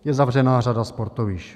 Je zavřená řada sportovišť.